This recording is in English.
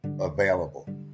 available